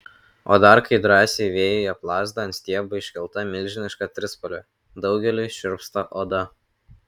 o dar kai drąsiai vėjyje plazda ant stiebo iškelta milžiniška trispalvė daugeliui šiurpsta oda